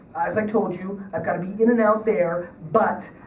as i told you, i've gotta be in and out there. but,